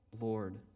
Lord